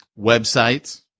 Websites